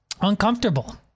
uncomfortable